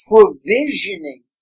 provisioning